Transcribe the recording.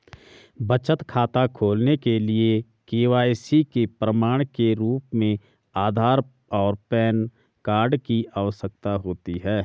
बचत खाता खोलने के लिए के.वाई.सी के प्रमाण के रूप में आधार और पैन कार्ड की आवश्यकता होती है